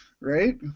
Right